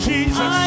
Jesus